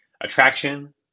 attraction